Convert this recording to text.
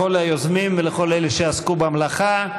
לכל היוזמים ולכל אלה שעסקו במלאכה.